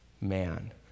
man